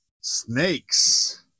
snakes